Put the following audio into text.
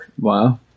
Wow